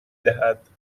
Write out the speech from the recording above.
دهد